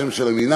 שם של המינהל,